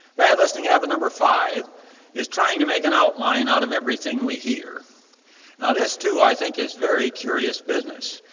bad listening have a number five is trying to make an outline out of everything we hear. now this too i think is very curious business.